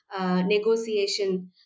negotiation